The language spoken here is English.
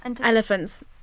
Elephant's